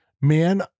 man